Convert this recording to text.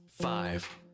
five